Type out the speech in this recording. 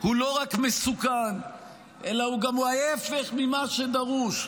הוא לא רק מסוכן אלא הוא גם ההפך ממה שדרוש,